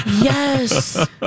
Yes